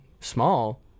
small